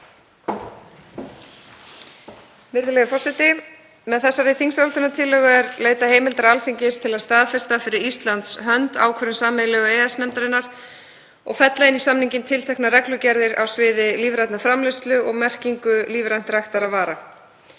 Virðulegur forseti. Með þessari þingsályktunartillögu er leitað heimildar Alþingis til að staðfesta fyrir Íslands hönd ákvörðun sameiginlegu EES-nefndarinnar og fella inn í samninginn tilteknar reglugerðir á sviði lífrænnar framleiðslu og merkingu lífrænt ræktaðra vara.